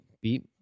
beep